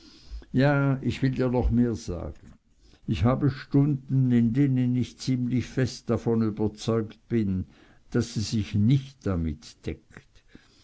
ja ich will dir noch mehr sagen ich habe stunden in denen ich ziemlich fest davon überzeugt bin daß sie sich nicht damit deckt